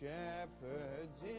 Shepherds